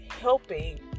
helping